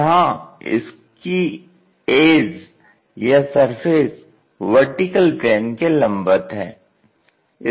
जहां इसकी एज या सरफेस वर्टिकल प्लेन के लंबवत है